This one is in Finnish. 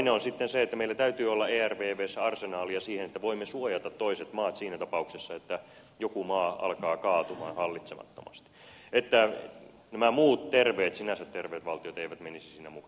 toinen on sitten se että meillä täytyy olla ervvssä arsenaalia siihen että voimme suojata toiset maat siinä tapauksessa että joku maa alkaa kaatua hallitsemattomasti että nämä muut sinänsä terveet valtiot eivät menisi siinä mukana